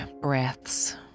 breaths